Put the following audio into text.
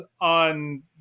on